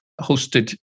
hosted